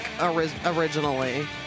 originally